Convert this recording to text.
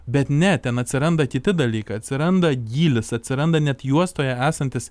bet ne ten atsiranda kiti dalykai atsiranda gylis atsiranda net juostoje esantis